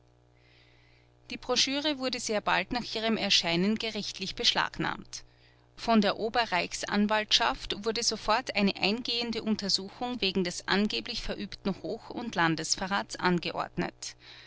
die broschüre wurde sehr bald nach ihrem erscheinen gerichtlich beschlagnahmt von der oberreichsanwaltschaft wurde sofort eine eingehende untersuchung wegen des angeblich verübten hoch und landesverrats angeordnet